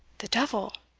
the devil!